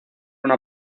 una